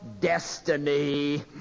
destiny